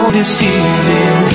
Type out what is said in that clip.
deceiving